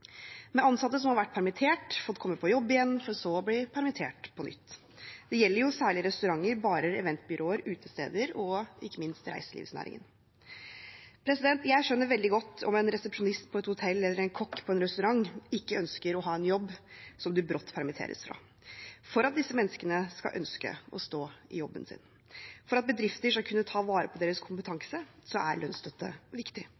med ansatte som har vært permittert, fått komme på jobb igjen, for så å bli permittert på nytt. Det gjelder særlig restauranter, barer, eventbyråer, utesteder og ikke minst reiselivsnæringen. Jeg skjønner veldig godt at en resepsjonist på et hotell eller en kokk på en restaurant ikke ønsker å ha en jobb som de brått permitteres fra. For at disse menneskene skal ønske å stå i jobben sin, og for at bedrifter skal kunne ta vare på deres kompetanse, er lønnsstøtte viktig.